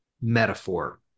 metaphor